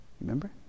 Remember